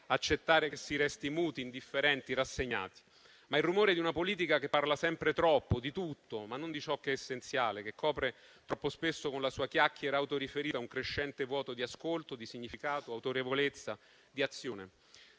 accettare che si resti muti, indifferenti, rassegnati. Ma qui è il rumore di una politica che parla sempre troppo, di tutto, ma non di ciò che è essenziale, che copre troppo spesso, con la sua chiacchiera autoriferita, un crescente vuoto di ascolto, di significato, di autorevolezza, di azione.